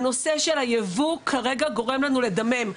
הנושא של הייבוא כרגע גורם לנו לדמם,